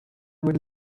would